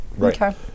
Okay